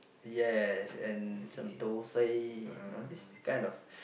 yes and some thosai you know this kind of